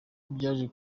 byaje